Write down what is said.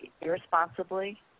irresponsibly